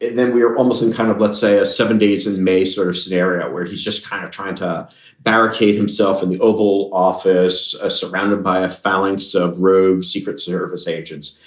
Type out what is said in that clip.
then we're almost in kind of, let's say, a seven days in may sort of scenario where he's just kind of trying to barricade himself in the oval office ah surrounded by a phalanx of rove secret service agents.